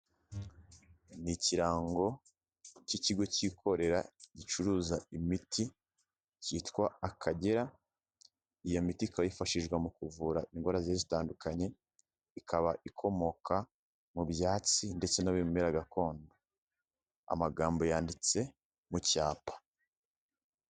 Ni ikirango cy'ikigo cyikorera gicuruza imiti cyitwa akagera, iyo miti ikaba yifashishwa mu kuvura indwara zigiye zitandukanye ikaba ikomoka mu byatsi ndetse no mu bimera gakondo. Amagambo yanditse mu cyapa.